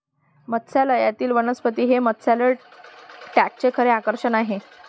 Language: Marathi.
मत्स्यालयातील वनस्पती हे मत्स्यालय टँकचे खरे आकर्षण आहे